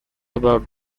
about